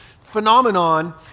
phenomenon